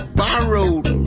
borrowed